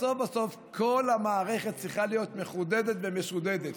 בסוף כל המערכת צריכה להיות מחודדת ומְשׂוּדֶדת.